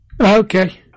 Okay